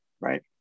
right